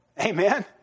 Amen